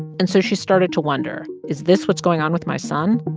and so she started to wonder, is this what's going on with my son?